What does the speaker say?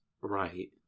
right